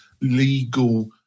legal